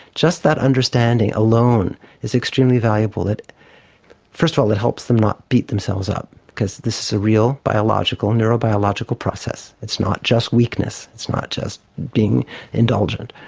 just that understanding alone is extremely valuable. first of all it helps them not beat themselves up because this is a real, biological, neurobiological process, it's not just weakness, it's not just being indulgent.